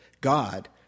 God